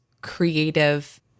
creative